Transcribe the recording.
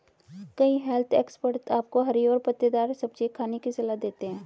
कई health expert आपको हरी और पत्तेदार सब्जियां खाने की सलाह देते हैं